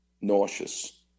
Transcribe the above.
nauseous